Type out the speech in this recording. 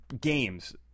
games